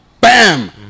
Bam